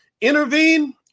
intervene